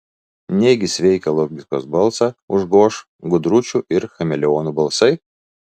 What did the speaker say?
negi sveiką logikos balsą užgoš gudručių ir chameleonų balsai